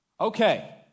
Okay